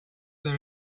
that